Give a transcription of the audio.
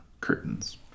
curtains